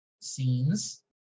scenes